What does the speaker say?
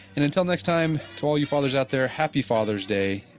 and until next time, to all you fathers out there, happy father's day,